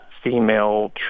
female